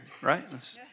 right